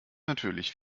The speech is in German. natürlich